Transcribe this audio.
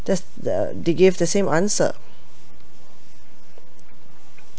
that's uh they gave the same answer